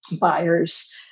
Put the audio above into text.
buyers